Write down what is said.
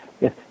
Yes